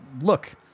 Look